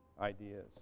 ideas